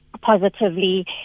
positively